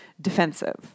defensive